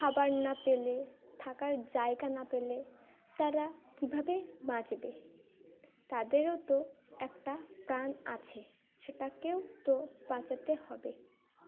খাবার না পেলে থাকার জায়গা না পেলে তারা কীভাবে বাঁচবে তাদেরও তো একটা প্রাণ আছে সেটাকেও তো বাঁচাতে হবে